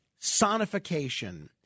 sonification